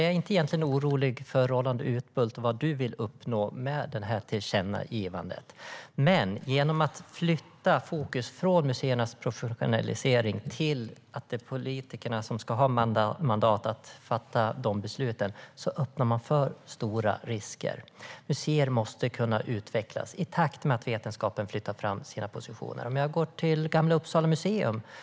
Jag är egentligen inte orolig över vad Roland Utbult vill uppnå med detta tillkännagivande, men genom att flytta fokus från museernas professionalisering till att det är politikerna som ska ha mandat att fatta besluten öppnar man för stora risker. Museer måste kunna utvecklas i takt med att vetenskapen flyttar fram sina positioner. Jag tar Gamla Uppsala museum som exempel.